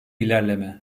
ilerleme